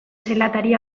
zelatari